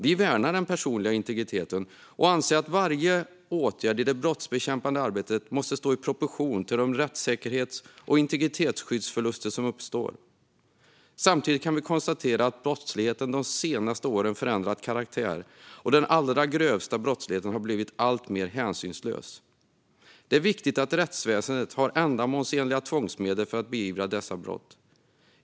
Vi värnar den personliga integriteten och anser att varje åtgärd i det brottsbekämpande arbetet måste stå i proportion till de rättssäkerhets och integritetsskyddsförluster som uppstår. Samtidigt kan vi konstatera att brottsligheten de senaste åren har ändrat karaktär och att den allra grövsta brottsligheten har blivit alltmer hänsynslös. Det är viktigt att rättsväsendet har ändamålsenliga tvångsmedel för att beivra dessa brott.